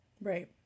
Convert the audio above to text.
Right